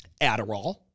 Adderall